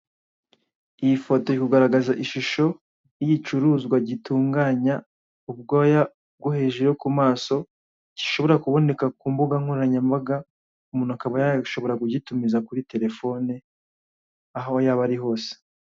Iyi foto iri kugaragaza ishusho y'igicuruzwa gitunganya ubwoya bwo hejuru yo kumaso, gishobora kuboneka ku mbugankoranyambaga, umuntu akaba yashobora kugitumiza kuri telefone aho yaba ari hose.